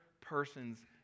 person's